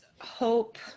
hope